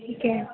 ਠੀਕ ਹੈ